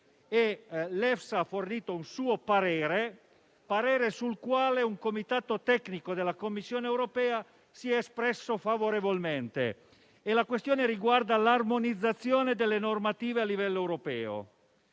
L'EFSA ha fornito un suo parere, sul quale un comitato tecnico della Commissione europea si è espresso favorevolmente. La questione riguarda l'armonizzazione delle normative a livello europeo.